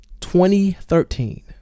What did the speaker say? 2013